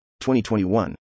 2021